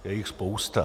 Je jich spousta.